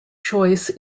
choice